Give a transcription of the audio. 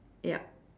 ya